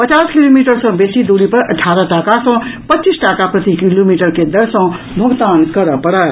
पचास किलोमीटर सॅ बेसी के दूरी पर अठारह टाका सॅ पच्चीस टाका प्रति किलोमीटर के दर सॅ भोगतान करऽ पड़त